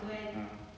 ah ah